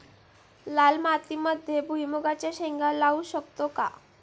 लाल मातीमध्ये भुईमुगाच्या शेंगा लावू शकतो का?